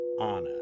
Anna